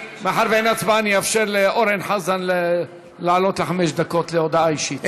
מאחר שאין הצבעה אני אאפשר לאורן חזן לעלות לחמש דקות להודעה אישית.